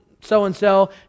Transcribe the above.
so-and-so